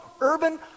urban